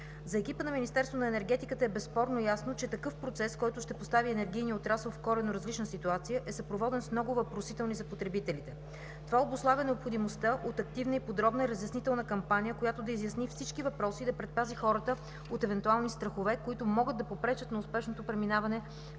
За екипа на Министерството на енергетиката е безспорно ясно, че процес, който ще постави енергийния отрасъл в коренно различна ситуация, е съпроводен с много въпросителни за потребителите. Това обуславя необходимостта от активна и подробна разяснителна кампания, която да изясни всички въпроси и да предпази хората от евентуални страхове, които могат да попречат на успешното преминаване